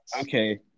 Okay